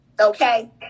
okay